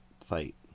fight